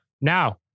Now